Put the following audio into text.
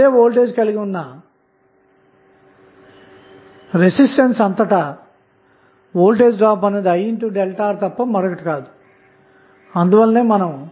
ఇప్పుడు Thevenin resistance అన్నది RThva1mA8k పొందుతాము